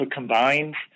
combined